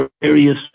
various